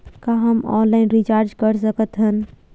का हम online recharge कर सकत हन?